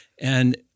And-